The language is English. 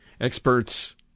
Experts